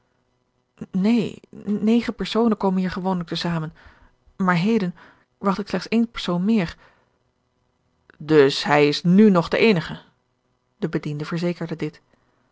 neen negen personen komen hier gewoonlijk te zamen maar heden wacht ik slechts één persoon meer dus hij is nù nog de eenige de bediende verzekerde dit